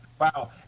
wow